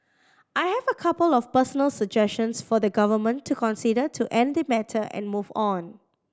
I have a couple of personal suggestions for the Government to consider to end the matter and move on